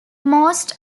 most